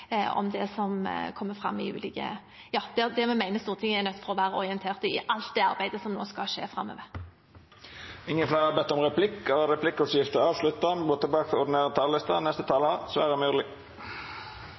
om det vi mener Stortinget er nødt til å være orientert om, i alt det arbeidet som nå skal skje framover. Replikkordskiftet er avslutta.